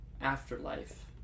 afterlife